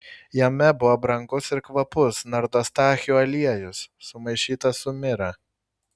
jame buvo brangus ir kvapus nardostachių aliejus sumaišytas su mira